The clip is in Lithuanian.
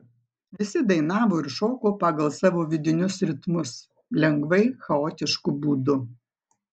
visi dainavo ir šoko pagal savo vidinius ritmus lengvai chaotišku būdu